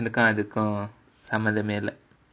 சம்மந்தமே இல்ல:sammanthamae illa